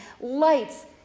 lights